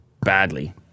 badly